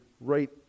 right